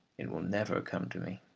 it will never come to me.